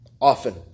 often